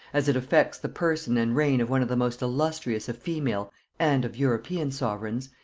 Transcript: as it affects the person and reign of one of the most illustrious of female and of european sovereigns,